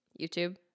YouTube